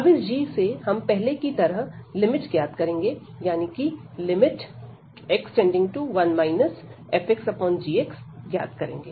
अब इस g से हम पहले की तरह लिमिट ज्ञात करेंगे यानी कि x→1 fxg ज्ञात करेंगे